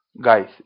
Guys